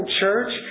church